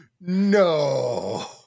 no